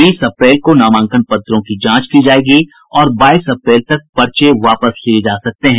बीस अप्रैल को नामांकन पत्रों की जांच की जायेगी और बाईस अप्रैल तक पर्चे वापस लिये जा सकते हैं